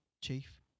chief